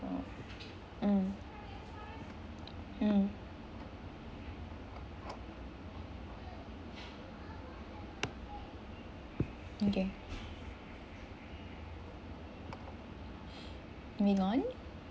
mm mm okay moving on